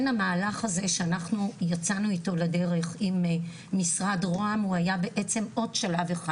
כן המהלך הזה שאנחנו יצאנו אתו לדרך עם משרד רוה"מ הוא היה עוד שלב אחד